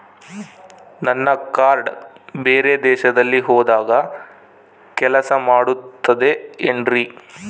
ನನ್ನ ಕಾರ್ಡ್ಸ್ ಬೇರೆ ದೇಶದಲ್ಲಿ ಹೋದಾಗ ಕೆಲಸ ಮಾಡುತ್ತದೆ ಏನ್ರಿ?